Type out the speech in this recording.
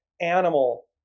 Animal